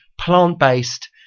plant-based